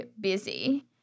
busy